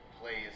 plays